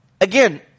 Again